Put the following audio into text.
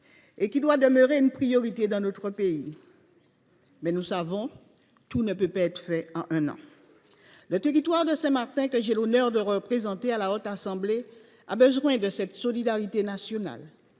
retard doit demeurer une priorité pour la France. Mais, nous le savons, tout ne peut pas se faire en un an. Le territoire de Saint Martin, que j’ai l’honneur de représenter à la Haute Assemblée, a besoin de cette solidarité nationale.